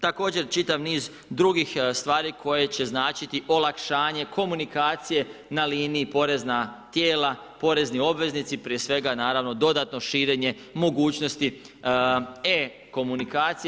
Također čitav niz drugih stvari koje će značiti olakšanje komunikacije na liniji porezna tijela – porezni obveznici, prije svega naravno dodatno širenje mogućnosti e-komunikacije.